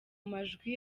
majwi